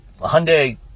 Hyundai